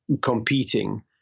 competing